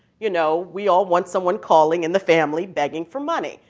you know, we all want someone calling in the family begging for money.